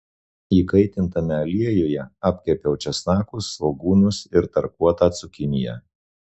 įkaitintame aliejuje apkepiau česnakus svogūnus ir tarkuotą cukiniją